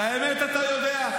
את האמת אתה יודע.